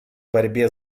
борьбе